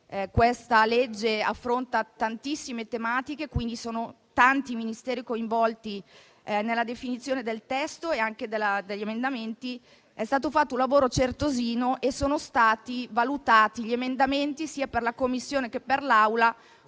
questa legge affronta tantissime tematiche e quindi sono tanti i Ministeri coinvolti nella definizione del testo e degli emendamenti. È stato fatto un lavoro certosino e gli emendamenti sono stati valutati uno a uno, sia per la Commissione che per l'Aula,